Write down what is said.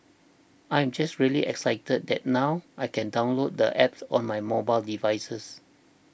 I am just really excited that now I can download the App on my mobile devices